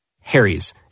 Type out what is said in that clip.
Harry's